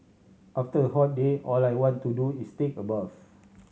after a hot day all I want to do is take a bath